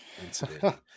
incident